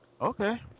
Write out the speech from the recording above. Okay